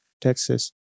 Texas